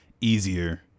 easier